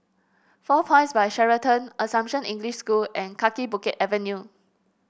Four Points By Sheraton Assumption English School and Kaki Bukit Avenue